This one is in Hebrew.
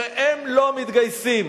שהם לא מתגייסים.